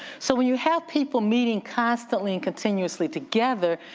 so when you have people meeting constantly and continuously together,